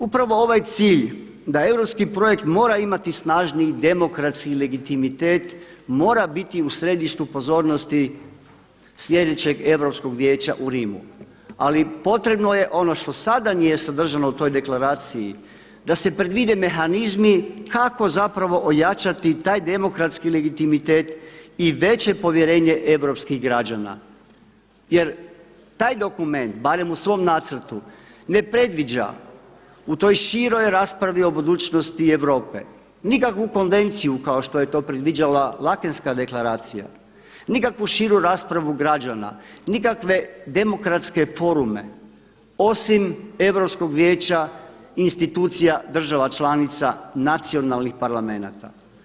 Upravo ovaj cilj da europski projekt mora imati snažniji demokratski legitimitet, mora biti u središtu pozornosti sljedećeg Europskog vijeća u Rimu, ali potrebno je ono što sada nije sadržano u toj deklaraciji, da se predvide mehanizmi kako zapravo ojačati taj demokratski legitimitet i veće povjerenje europskih građana jer taj dokument, barem u svom nacrtu, ne predviđa u toj široj raspravi o budućnosti Europe nikakvu konvenciju kao što je to predviđala Laekenska deklaracija, nikakvu širu raspravu građana, nikakve demokratske forume osim Europskog vijeća i institucija država članica nacionalnih parlamenta.